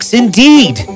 indeed